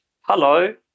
hello